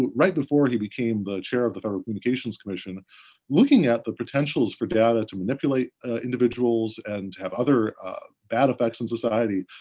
right before he became chair of the federal communications commission looking at the potentials for data to manipulate individuals and have other bad effects on society,